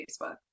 Facebook